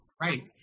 Right